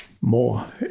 more